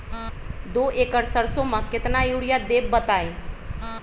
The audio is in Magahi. दो एकड़ सरसो म केतना यूरिया देब बताई?